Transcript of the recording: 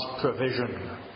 provision